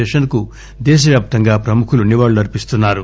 శేషన్ కు దేశవ్యాప్తంగా ప్రముఖులు నివాళులర్పిస్తున్నారు